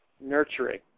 nurturing